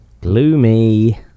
Gloomy